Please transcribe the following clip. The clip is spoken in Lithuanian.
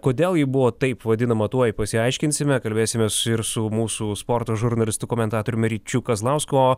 kodėl ji buvo taip vadinama tuoj pasiaiškinsime kalbėsimės ir su mūsų sporto žurnalistu komentatoriumi ryčiu kazlausku o